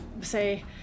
say